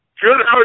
Good